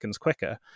quicker